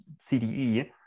CDE